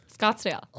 Scottsdale